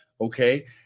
okay